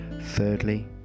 Thirdly